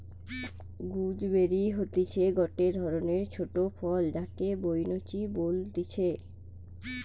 gooseberry হতিছে গটে ধরণের ছোট ফল যাকে বৈনচি বলতিছে